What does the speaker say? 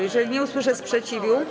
Jeżeli nie usłyszę sprzeciwu.